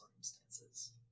circumstances